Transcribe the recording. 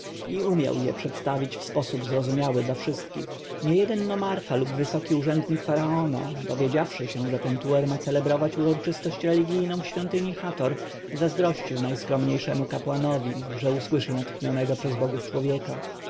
i umiał przedstawić je w sposób zrozumiały dla wszystkich niejeden nomarcha lub wysoki urzędnik faraona dowiedziawszy się że pentuer ma celebrować uroczystość religijną w świątyni hator zazdrościł najskromniejszemu kapłanowi że usłyszy natchnionego przez bogów człowieka